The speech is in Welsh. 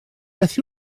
beth